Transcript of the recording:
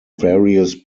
various